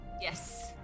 yes